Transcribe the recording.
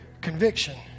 conviction